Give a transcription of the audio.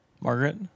Margaret